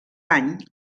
any